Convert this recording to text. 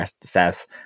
Seth